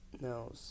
No